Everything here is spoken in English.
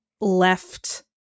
left